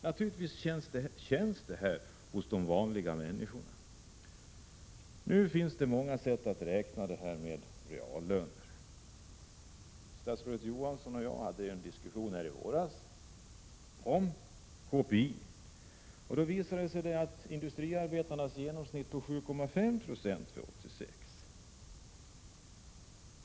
Naturligtvis känns det här hos de vanliga människorna. Det finns många sätt att räkna reallöner. Statsrådet Johansson och jag hade en diskussion i våras om KPI. Det visade sig att genomsnittet för industriarbetarna var 7,5 90 för 1986.